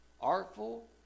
artful